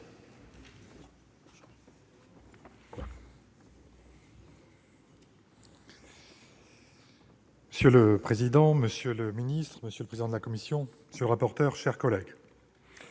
Monsieur le président, madame la ministre, monsieur le président de la commission, monsieur le rapporteur, mes chers collègues,